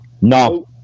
No